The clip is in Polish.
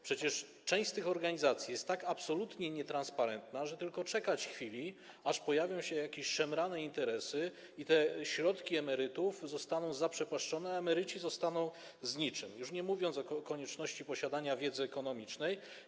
Przecież część tych organizacji jest tak absolutnie nietransparentna, że tylko czekać chwili, aż pojawią się jakieś szemrane interesy i te środki emerytów zostaną zaprzepaszczone, a emeryci zostaną z niczym, już nie mówiąc o konieczności posiadania wiedzy ekonomicznej.